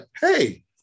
hey